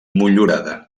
motllurada